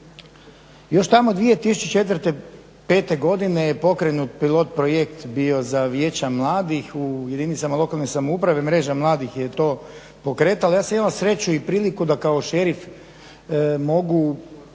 još tamo 2004., 2005. godine je pokrenut pilot projekt bio za vijeća mladih u jedinicama lokalne samouprave, mreža mladih je to pokretala. Ja sam imao sreću i priliku da kao šerif mogu